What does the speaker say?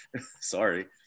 sorry